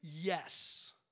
yes